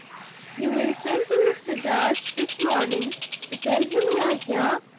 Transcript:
you will send to mr. darch this morning to tell him you are here,